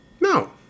No